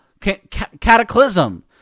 cataclysm